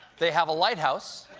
they have a lighthouse.